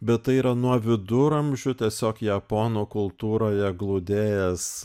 bet tai yra nuo viduramžių tiesiog japonų kultūroje glūdėjęs